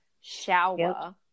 shower